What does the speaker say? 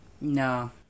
No